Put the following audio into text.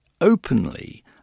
openly